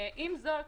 עם זאת,